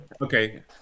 okay